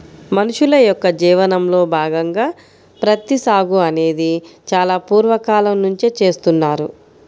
మనుషుల యొక్క జీవనంలో భాగంగా ప్రత్తి సాగు అనేది చాలా పూర్వ కాలం నుంచే చేస్తున్నారు